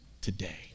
today